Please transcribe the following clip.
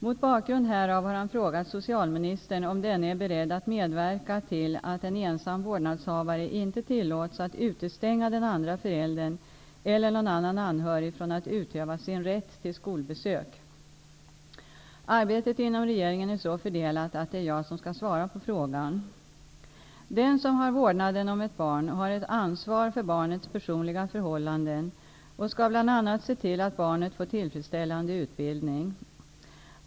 Mot bakgrund härav har han frågat socialministern om denne är beredd att medverka till att en ensam vårdnadshavare inte tillåts att utestänga den andra föräldern eller någon annan anhörig från att utöva sin rätt till skolbesök. Arbetet inom regeringen är så fördelat att det är jag som skall svara på frågan. Den som har vårdnaden om ett barn har ett ansvar för barnets personliga förhållanden och skall bl.a. se till att barnet får tillfredsställande utbildning.